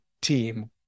team